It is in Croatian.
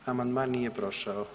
Amandman nije prošao.